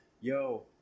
yo